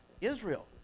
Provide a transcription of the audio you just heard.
Israel